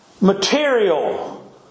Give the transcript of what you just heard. material